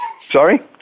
Sorry